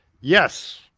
yes